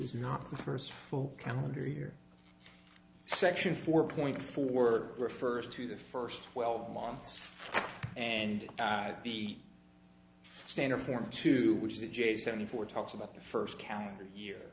is not the first full calendar year section four point four refers to the first twelve months and the standard form to which the j seventy four talks about the first calendar year